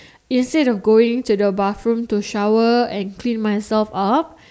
instead of going to the bathroom to shower and clean myself up